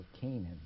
Canaan